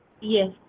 yes